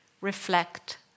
reflect